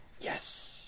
Yes